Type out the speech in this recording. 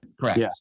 correct